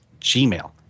Gmail